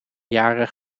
jaren